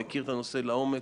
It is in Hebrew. הוא מכיר את הנושא לעומק,